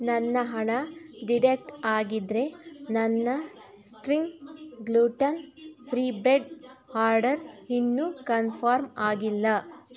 ನನ್ನ ಹಣ ಡಿಡಕ್ಟ್ ಆಗಿದ್ದರೆ ನನ್ನ string gluten free bread order ಇನ್ನೂ ಕನ್ಫರ್ಮ್ ಆಗಿಲ್ಲ